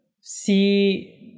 see